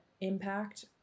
impact